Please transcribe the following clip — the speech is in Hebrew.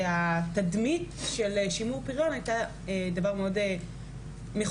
התדמית של שימור פריון הייתה משהו מאוד מכוער